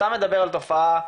אתה מדבר על תופעה,